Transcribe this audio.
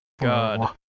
God